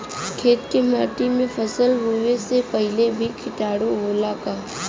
खेत के माटी मे फसल बोवे से पहिले भी किटाणु होला का?